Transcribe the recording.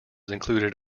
included